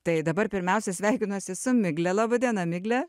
tai dabar pirmiausia sveikinuosi su migle laba diena migle